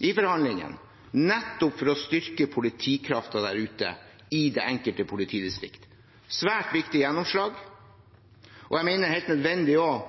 i forhandlingene, nettopp for å styrke politikraften i det enkelte politidistrikt. Det er et svært viktig gjennomslag. Jeg mener det også er helt nødvendig